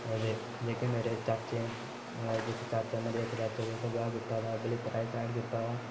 ते जेह्के मेरे चाचे न जेह्के चाचै मेरे ब्याह् कीता ओह् बलेतर आह्ली साईड कीते दा ऐ